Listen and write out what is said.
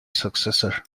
successor